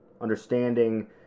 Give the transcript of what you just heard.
understanding